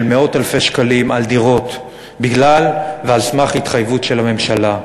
מאות-אלפי שקלים על דירות בגלל ועל סמך התחייבות של הממשלה.